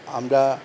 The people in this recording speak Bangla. আমরা